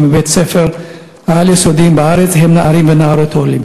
מבתי-הספר העל-יסודיים בארץ הם נערים ונערות עולים.